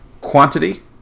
quantity